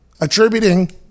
Attributing